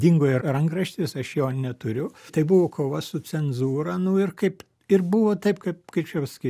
dingo ir rankraštis aš jo neturiu tai buvo kova su cenzūra nu ir kaip ir buvo taip kaip kaip čia pasakyt